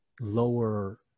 lower